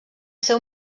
seu